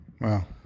wow